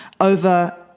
over